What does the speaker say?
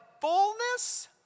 fullness